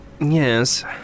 yes